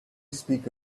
speak